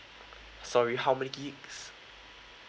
sorry how many gigabytes